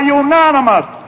unanimous